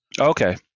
Okay